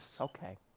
Okay